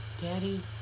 Daddy